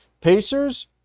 Pacers